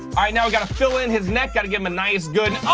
i you know gotta fill in his neck gotta get him a nice good